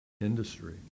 industry